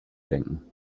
denken